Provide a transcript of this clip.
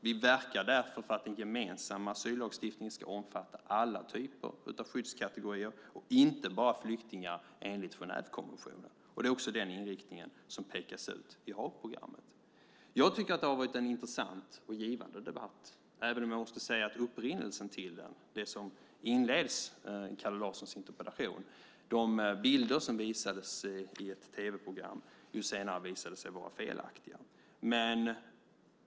Vi verkar därför för att den gemensamma asyllagstiftningen ska omfatta alla skyddskategorier och inte bara flyktingar enligt Genèvekonventionen. Det är också den inriktningen som pekas ut i Haagprogrammet. Jag tycker att det har varit en intressant och givande debatt, även om jag måste säga att upprinnelsen till den, det som inleds i Kalle Larssons interpellation och de bilder som visades i ett tv-program senare visade sig vara felaktiga.